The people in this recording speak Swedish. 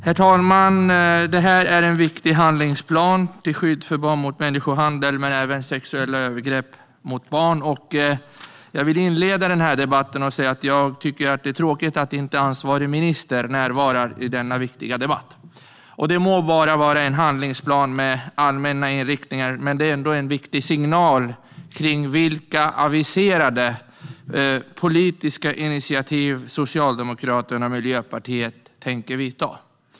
Herr talman! Detta är en viktig handlingsplan till skydd för barn mot människohandel men även sexuella övergrepp. Jag vill inleda anförandet med att säga att jag tycker att det är tråkigt att inte ansvarig minister närvarar i denna viktiga debatt. Det må vara en handlingsplan med allmänna inriktningar, men det är ändå en viktig signal om vilka aviserade politiska initiativ Socialdemokraterna och Miljöpartiet tänker ta.